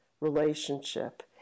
relationship